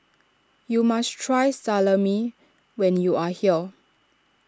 you must try Salami when you are here